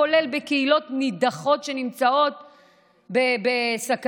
כולל בקהילות נידחות שנמצאות בסכנה,